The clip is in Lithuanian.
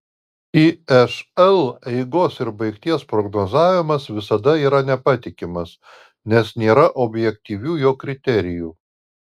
išl eigos ir baigties prognozavimas visada yra nepatikimas nes nėra objektyvių jo kriterijų